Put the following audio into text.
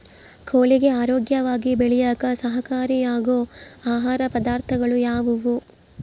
ಕೋಳಿಗೆ ಆರೋಗ್ಯವಾಗಿ ಬೆಳೆಯಾಕ ಸಹಕಾರಿಯಾಗೋ ಆಹಾರ ಪದಾರ್ಥಗಳು ಯಾವುವು?